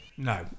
No